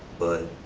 but